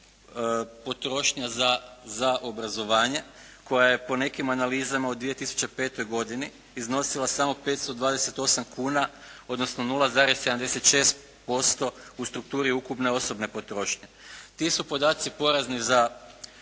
potrošnja za obrazovanje koja je po nekim analizama u 2005. godini iznosila samo 528 kuna, odnosno 0,76% u strukturi ukupne osobne potrošnje. Ti su podaci porazni za